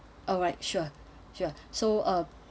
alright sure sure so uh